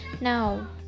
now